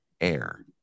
Air